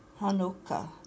Hanukkah